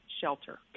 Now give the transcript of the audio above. shelter